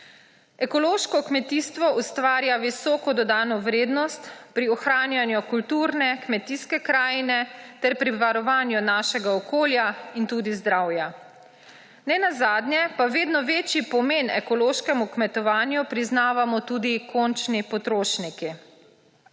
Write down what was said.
Ekološko kmetijstvo ustvarja visoko dodano vrednost pri ohranjanju kulturne, kmetijske krajine ter pri varovanju našega okolja in tudi zdravja. Nenazadnje pa vedno večji pomen ekološkemu kmetovanju priznavamo tudi končni potrošniki.